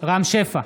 רם שפע,